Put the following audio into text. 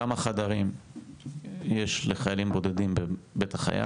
כמה חדרים יש לחיילים בודדים בבית החייל,